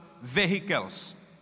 vehicles